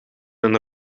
een